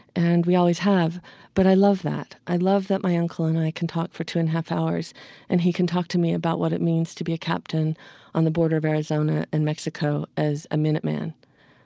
and we always have but i love that. i love that my uncle and i can talk for two and a half hours and he can talk to me about what it means to be a captain on the border of arizona and mexico as a minuteman.